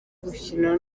gukina